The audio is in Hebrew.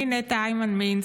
אני נטע הימן מינה,